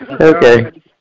Okay